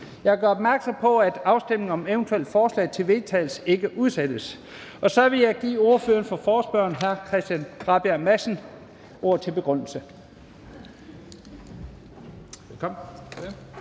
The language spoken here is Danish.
Jeg gør opmærksom på, at afstemningen om eventuelle forslag til vedtagelse ikke udsættes. Så vil jeg give ordføreren for forespørgerne hr. Christian Rabjerg Madsen ordet til en begrundelse. Velkommen.